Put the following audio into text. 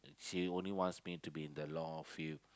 she only wants me to be in the law field